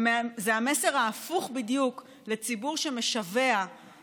וזה המסר ההפוך בדיוק ממה שמשווע לו הציבור,